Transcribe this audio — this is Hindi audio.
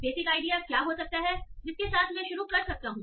बेसिक आइडिया क्या हो सकता है जिसके साथ मैं शुरू कर सकता हूं